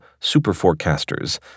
superforecasters—